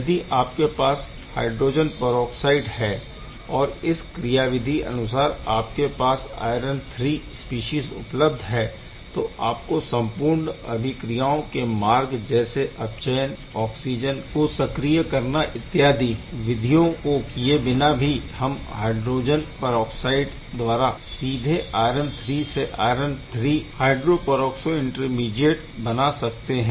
यदि आपके पास हाइड्रोजन परऑक्साइड है और इस क्रियाविधि अनुसार आपके पास आयरन III स्पीशीज़ उपलब्ध है तो आपको संपूर्ण अभिक्रियाओं के मार्ग जैसे अपचयन ऑक्सिजन को सक्रिय करना इत्यादि विधिओं को किए बिना भी हम हाइड्रोजन परऑक्साइड द्वारा सीधे आयरन III से आयरन III हय्ड्रोपरऑक्सो इंटरमीडीऐट बना सकते है